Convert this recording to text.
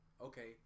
Okay